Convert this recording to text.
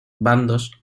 bandos